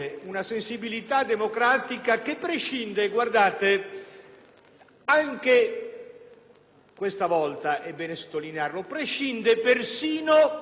questa volta è bene sottolinearlo - persino dai soggetti o dagli oggetti della ipotetica tutela